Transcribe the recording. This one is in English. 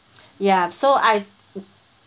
ya so I